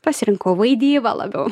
pasirinkau vaidybą labiau